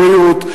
הבריאות,